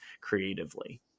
creatively